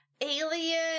alien